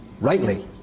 rightly